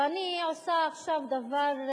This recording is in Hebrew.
ואני עושה עכשיו דבר,